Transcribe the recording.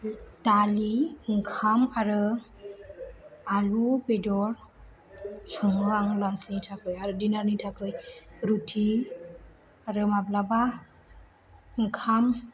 दालि ओंखाम आरो आलु बेदर सङो आं लान्चनि थाखाय आरो दिनारनि थाखाय रुथि आरो माब्लाबा ओंखाम